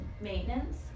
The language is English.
maintenance